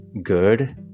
good